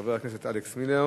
חבר הכנסת אלכס מילר